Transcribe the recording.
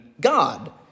God